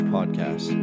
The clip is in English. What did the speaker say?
Podcast